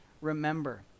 remember